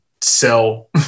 sell